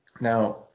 now